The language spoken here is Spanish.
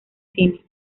cine